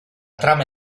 trama